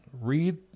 read